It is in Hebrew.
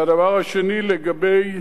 והדבר השני, לגבי